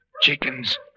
chickens